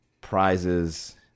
prizes